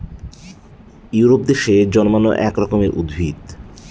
Europe দেশে জন্মানো এক রকমের উদ্ভিদ